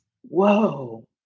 Whoa